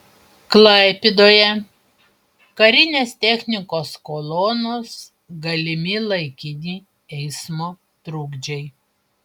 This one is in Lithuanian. klaipėdoje karinės technikos kolonos galimi laikini eismo trukdžiai